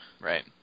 Right